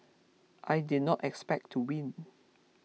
I did not expect to win